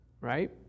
right